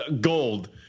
gold